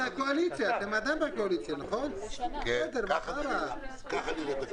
הביאו דוגמאות מחו"ל אבל לא הביאו את הנתון מהי כמות